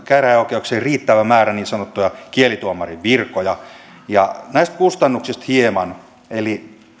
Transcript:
käräjäoikeuksiin riittävä määrä niin sanottuja kielituomarin virkoja näistä kustannuksista hieman eli